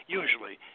usually